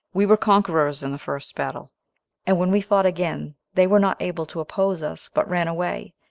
we were conquerors in the first battle and when we fought again, they were not able to oppose us, but ran away,